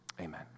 amen